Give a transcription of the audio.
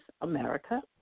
America